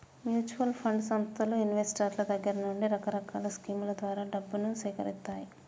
mutual fund సంస్థలు ఇన్వెస్టర్ల దగ్గర నుండి రకరకాల స్కీముల ద్వారా డబ్బును సేకరిత్తాయి